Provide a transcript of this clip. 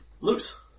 Loose